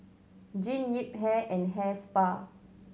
Jean Yip Hair and Hair Spa